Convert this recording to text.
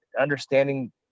understanding